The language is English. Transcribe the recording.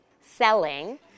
selling